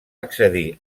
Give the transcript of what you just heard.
accedir